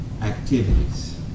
activities